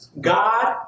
God